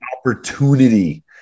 opportunity